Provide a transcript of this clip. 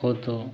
ओ तो